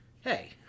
hey